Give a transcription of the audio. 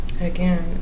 again